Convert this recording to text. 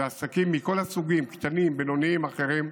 זה עסקים מכל הסוגים, קטנים, בינוניים, אחרים,